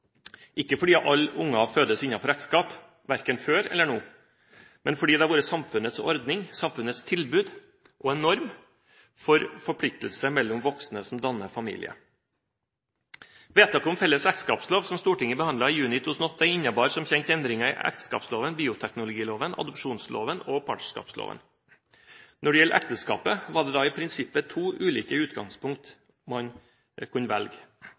ikke fordi alle unger fødes innenfor ekteskap, verken før eller nå, men fordi det har vært samfunnets ordning, samfunnets tilbud, og en norm for forpliktelse mellom voksne som danner familie. Vedtaket om felles ekteskapslov som Stortinget behandlet i juni 2008, innebar som kjent endringer i ekteskapsloven, bioteknologiloven, adopsjonsloven og partnerskapsloven. Når det gjelder ekteskapet, var det da i prinsippet to ulike utgangspunkt man kunne velge.